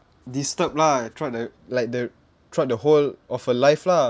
disturb lah throughout the like the throughout the whole of her life lah